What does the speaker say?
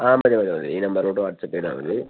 ആ മതി മതി മതി ഈ നമ്പർലോട്ട് വാട്സപ്പ് ചെയ്താൽ മതി